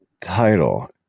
title